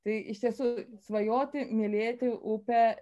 tai iš tiesų svajoti mylėti upę